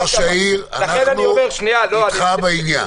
אדוני ראש העיר, אנחנו אתך בעניין.